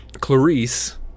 Clarice